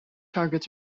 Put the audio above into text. targets